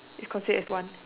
is considered as one